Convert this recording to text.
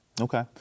Okay